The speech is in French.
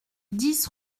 dix